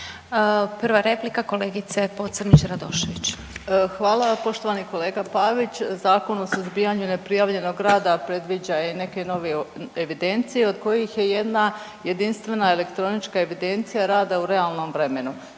**Pocrnić-Radošević, Anita (HDZ)** Hvala. Poštovani kolega Pavić, Zakon o suzbijanju neprijavljenog rada predviđa i neke nove evidencije, od kojih je jedna jedinstvena elektronička evidencija rada u realnom vremenu.